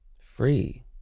free